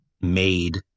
made